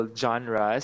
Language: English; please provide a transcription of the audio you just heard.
genres